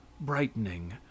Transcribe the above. brightening